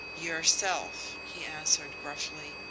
yourself, he answered gruffly.